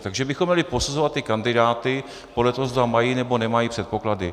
Takže bychom měli posuzovat kandidáty podle toho, zda mají, nebo nemají předpoklady.